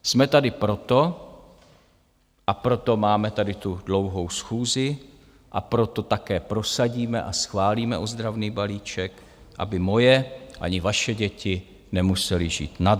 Jsme tady proto, a proto máme tady tu dlouhou schůzi, a proto také prosadíme a schválíme ozdravný balíček, aby moje ani vaše děti nemusely žít na dluh.